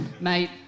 Mate